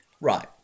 Right